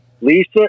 Lisa